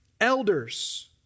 elders